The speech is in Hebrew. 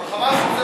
"חמאס"